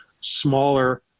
smaller